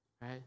Right